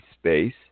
space